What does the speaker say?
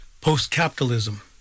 post-capitalism